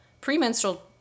premenstrual